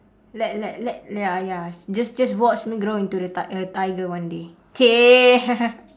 let let let ya ya just just watch me grow into a ti~ a tiger one day !chey!